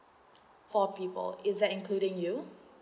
four people or is that including you